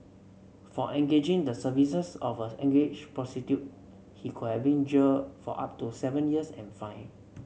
for engaging the services of an underage prostitute he could have been jailed for up to seven years and fined